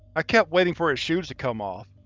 i kept waiting for his shoes to come off.